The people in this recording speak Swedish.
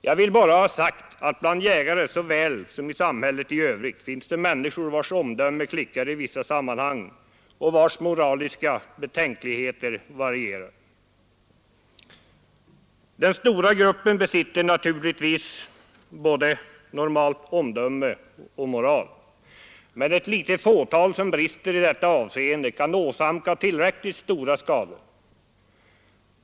Jag vill bara ha sagt att bland jägare såväl som i samhället i övrigt finns det människor vilkas omdöme klickar i vissa sammanhang och vilkas moraliska betänkligheter varierar. Den stora gruppen är naturligtvis normal i fråga om både omdöme och moral. Men ett litet fåtal som brister i detta avseende kan åsamka tillräckligt stora skador.